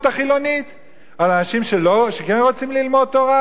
החילונית על אנשים שכן רוצים ללמוד תורה?